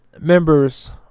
members